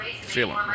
feeling